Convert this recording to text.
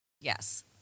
Yes